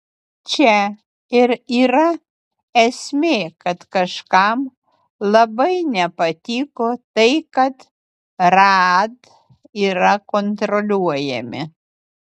čia ir yra esmė kad kažkam labai nepatiko tai kad raad yra kontroliuojami